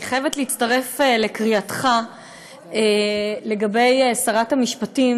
אני חייבת להצטרף לקריאתך לגבי שרת המשפטים.